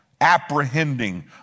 apprehending